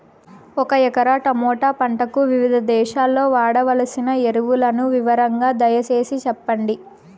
ఒక ఎకరా టమోటా పంటకు వివిధ దశల్లో వాడవలసిన ఎరువులని వివరంగా దయ సేసి చెప్పండి?